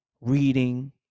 reading